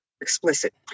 explicit